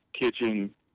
kitchen